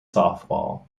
softball